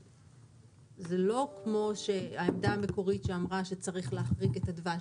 זה לא כמו העמדה המקורית שאמרה שצריך להחריג את הדבש.